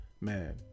man